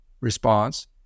response